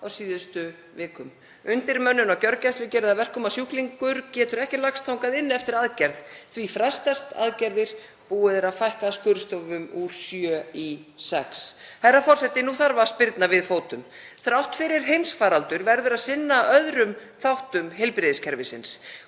á síðustu vikum. Undirmönnun á gjörgæslu gerir það að verkum að sjúklingur getur ekki lagst þangað inn eftir aðgerð. Því frestast aðgerðir, búið er að fækka skurðstofum úr sjö í sex. Herra forseti. Nú þarf að spyrna við fótum. Þrátt fyrir heimsfaraldur verður að sinna öðrum þáttum heilbrigðiskerfisins.